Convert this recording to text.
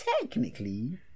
Technically